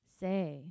Say